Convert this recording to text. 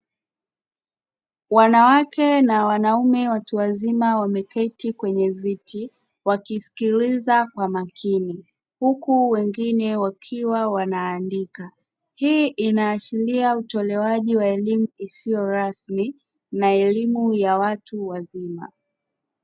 Wanawake na wanaume watu wazima wameketi kwenye viti wakisikiliza kwa makini huku wengine wakiwa wanaandika. Hii inaashiria utolewaji wa elimu isiyo rasmi na elimu ya watu wazima.